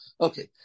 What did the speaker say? Okay